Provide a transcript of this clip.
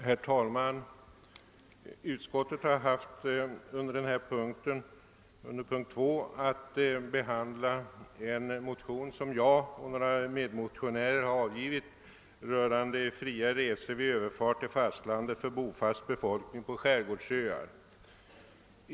Herr talman! Utskottet har under punkt 2 haft att behandla en motion som jag och några medmotionärer avgivit rörande fria resor vid överfart till fastlandet för bofast befolkning på skärgårdsöarna.